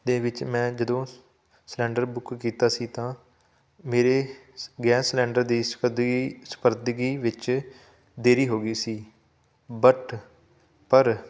ਦੇ ਵਿੱਚ ਮੈਂ ਜਦੋਂ ਸਿਲੰਡਰ ਬੁੱਕ ਕੀਤਾ ਸੀ ਤਾਂ ਮੇਰੇ ਗੈਸ ਸਿਲੰਡਰ ਦੀ ਸਪੁਰਦਗੀ ਸਪੁਰਦਗੀ ਵਿੱਚ ਦੇਰੀ ਹੋ ਗਈ ਸੀ ਬਟ ਪਰ